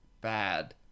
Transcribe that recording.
bad